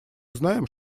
знаем